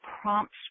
prompts